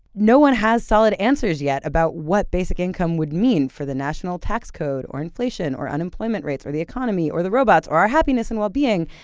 no one has solid answers yet about what basic income would mean for the national tax code or inflation or unemployment rates or the economy or the robots or our happiness and well-being.